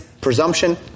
presumption